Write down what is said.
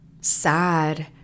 sad